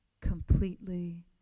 completely